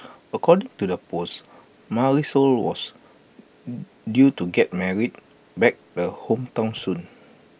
according to the post Marisol was due to get married back the hometown soon